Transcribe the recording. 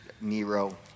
Nero